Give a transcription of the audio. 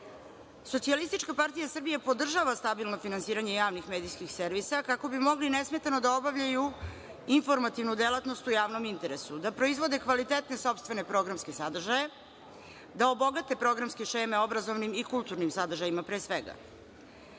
svega. Socijalistička partija Srbije podržava stabilno finansiranje javnih medijskih servisa kako bi mogli nesmetano da obavljaju informativnu delatnosti u javnom interesu, da proizvode kvalitetne sopstvene programske sadržaje, da obogate programske šeme obrazovnim i kulturnim sadržajima pre svega,